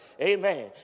amen